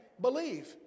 believe